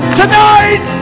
tonight